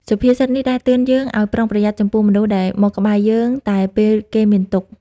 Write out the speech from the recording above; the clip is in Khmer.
សុភាសិតនេះដាស់តឿនយើងឱ្យប្រុងប្រយ័ត្នចំពោះមនុស្សដែលមកក្បែរយើងតែពេលគេមានទុក្ខ។